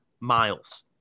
miles